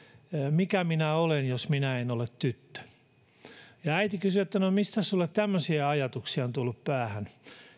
mikä minä olen jos minä en en ole tyttö äiti kysyi että no mistäs sinulle tämmöisiä ajatuksia on tullut päähän